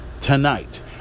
tonight